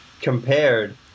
compared